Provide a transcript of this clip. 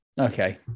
Okay